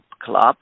club